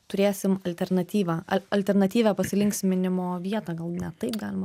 turėsim alternatyvą al alternatyvią pasilinksminimo vietą gal net taip galima